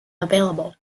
available